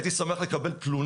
תודה